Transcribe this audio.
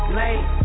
late